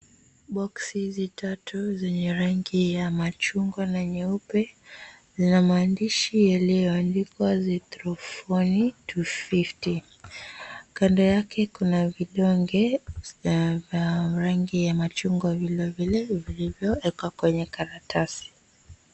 Boksi hizi tatu zenye rangi ya machungwa na nyeupe zina maandishi yaliyoandikwa Zithroni 250. Kando yake kuna vidonge vya rangi ya machungwa vile vile vilivyowekwa kwenye karatasi.